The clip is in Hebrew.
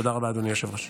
תודה רבה, אדוני היושב-ראש.